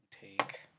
Take